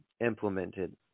implemented